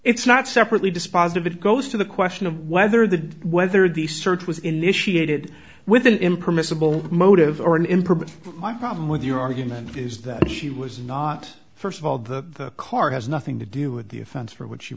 it's not separately dispositive it goes to the question of whether the whether the search was initiated with an impermissible motive or an improvement my problem with your argument is that she was not first of all the car has nothing to do with the offense for which she